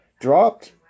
dropped